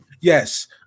Yes